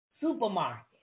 supermarket